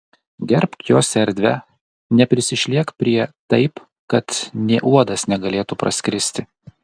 gerbk jos erdvę neprisišliek prie taip kad nė uodas negalėtų praskristi